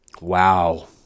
Wow